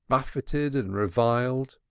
buffeted and reviled,